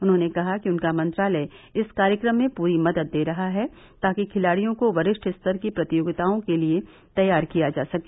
उन्होंने कहा कि उनका मंत्रालय इस कार्यक्रम में पूरी मदद दे रहा है ताकि खिलाडियों को वरिष्ठ स्तर की प्रतियोगिताओं के लिए तैयार किया जा सके